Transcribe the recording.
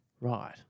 Right